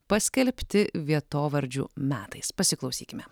paskelbti vietovardžių metais pasiklausykime